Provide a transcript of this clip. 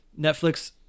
Netflix